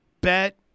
bet